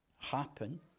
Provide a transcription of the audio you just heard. happen